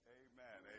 amen